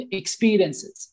experiences